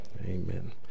Amen